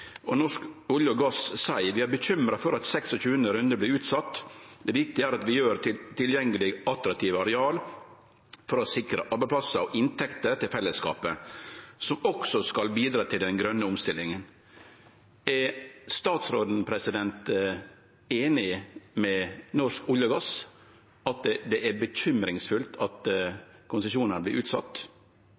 og Norsk olje og gass seier: «Vi er bekymret for at 26. runde blir utsatt. Det viktige er at vi gjør tilgjengelig attraktivt areal for å sikre arbeidsplasser og inntekter til fellesskapet, som også skal bidra til den grønne omstillingen». Er statsråden einig med Norsk olje og gass i at det er bekymringsfullt at